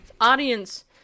Audience